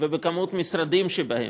ובכמות המשרדים שבהן.